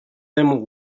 them